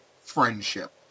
friendship